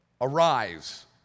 arise